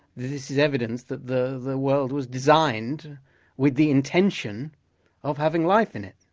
this is evidence that the the world was designed with the intention of having life in it.